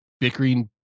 bickering